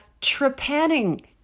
trepanning